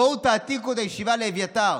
בואו תעתיקו את הישיבה לאביתר.